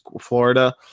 Florida